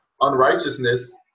Unrighteousness